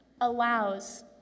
allows